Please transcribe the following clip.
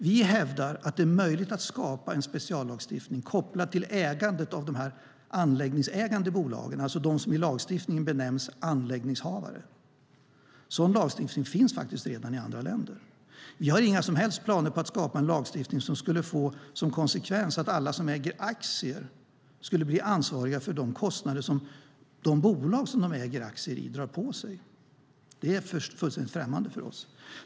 Vi hävdar att det är möjligt att skapa en speciallagstiftning kopplat till ägandet av de anläggningsägande bolagen, alltså de som i lagstiftningen benämns som anläggningshavare. Sådan lagstiftning finns faktiskt redan i andra länder. Vi har inga som helst planer på att skapa en lagstiftning som skulle få som konsekvens att alla som äger aktier skulle bli ansvariga för de kostnader som bolagen de äger aktier i drar på sig. Det är fullständigt främmande för oss.